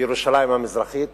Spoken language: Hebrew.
בירושלים המזרחית.